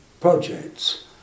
projects